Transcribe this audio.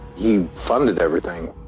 he funded everything.